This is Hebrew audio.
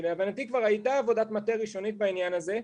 שלהבנתי כבר הייתה עבודת מטה ראשונית בעניין הזה,